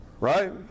Right